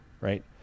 right